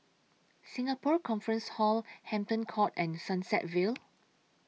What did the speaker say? Singapore Conference Hall Hampton Court and Sunset Vale